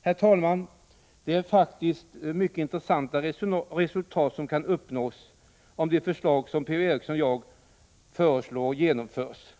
Herr talman! Det är faktiskt mycket intressanta resultat som kan uppnås om de förslag som Per-Ola Eriksson och jag har framfört genomförs.